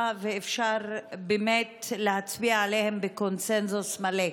ואפשר באמת להצביע עליהם בקונסנזוס מלא.